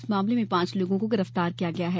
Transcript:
इस मामले में पांच लोगों को गिरफ्तार किया गया है